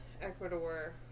ecuador